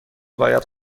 باید